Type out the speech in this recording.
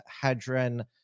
Hadron